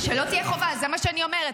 שלא תהיה חובה, זה מה שאני אומרת.